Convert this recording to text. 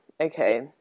Okay